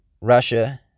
Russia